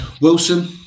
Wilson